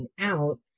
out